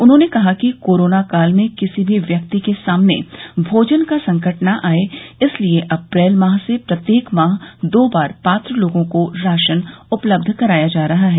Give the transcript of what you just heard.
उन्होंने कहा कि कोरोना काल में किसी भी व्यक्ति के सामने भोजन का संकट न आये इसलिये अप्रैल माह से प्रत्येक माह दो बार पात्र लोगों को राशन उपलब्ध कराया जा रहा है